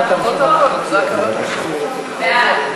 לפרוטוקול, בעד.